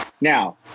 Now